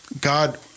God